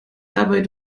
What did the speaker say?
dabei